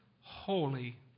holy